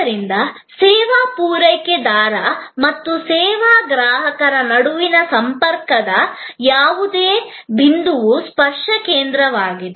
ಆದ್ದರಿಂದ ಸೇವಾ ಪೂರೈಕೆದಾರ ಮತ್ತು ಸೇವಾ ಗ್ರಾಹಕರ ನಡುವಿನ ಸಂಪರ್ಕದ ಯಾವುದೇ ಬಿಂದುವು ಸ್ಪರ್ಶ ಕೇಂದ್ರವಾಗಿದೆ